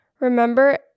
Remember